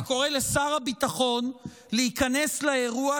ואני קורא לשר הביטחון להיכנס לאירוע,